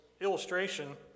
illustration